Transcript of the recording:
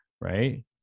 right